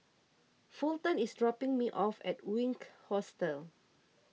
Fulton is dropping me off at Wink Hostel